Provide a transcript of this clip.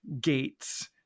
gates